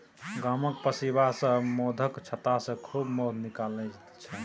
गामक पसीबा सब मौधक छत्तासँ खूब मौध निकालै छै